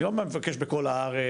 אני לא מבקש בכל הארץ,